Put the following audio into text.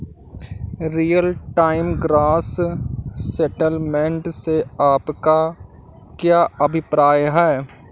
Real time gross settlement से आपका क्या अभिप्राय है?